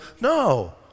no